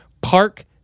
Park